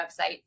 website